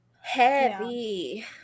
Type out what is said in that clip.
heavy